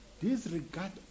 Disregard